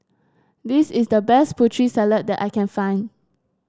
this is the best Putri Salad that I can find